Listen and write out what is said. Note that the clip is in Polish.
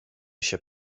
się